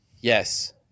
Yes